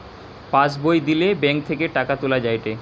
pass বই দিলে bank থেকে টাকা তুলা যায়েটে